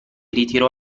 ritirò